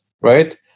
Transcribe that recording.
right